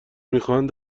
میخواهند